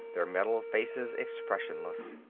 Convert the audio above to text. their metal faces expressionless.